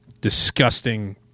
disgusting